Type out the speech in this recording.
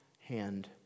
hand